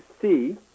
see